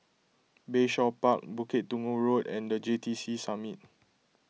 Bayshore Park Bukit Tunggal Road and the J T C Summit